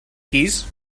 keys